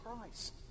Christ